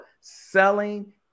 Selling